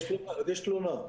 להגיש תלונה.